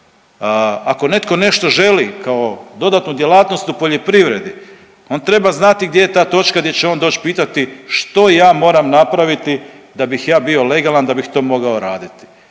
Ako netko nešto želi kao dodatnu djelatnost u poljoprivredi on treba znati gdje je ta točka gdje će on doći pitati što ja moram napraviti da bih ja bio legalan da bih to mogao raditi.